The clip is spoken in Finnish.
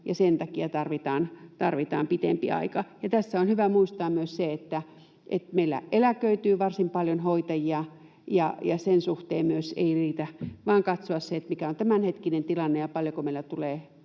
ja sen takia tarvitaan pitempi aika. Tässä on hyvä muistaa myös se, että meillä eläköityy varsin paljon hoitajia, joten myös sen suhteen heitä ei riitä, vaan pitää katsoa se, mikä on tämänhetkinen tilanne ja paljonko meille tulee